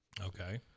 Okay